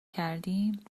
کردیم